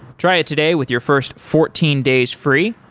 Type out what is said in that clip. try it today with your first fourteen days free.